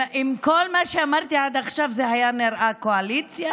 אם כל מה שאמרתי עד עכשיו היה נראה קואליציה,